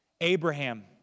Abraham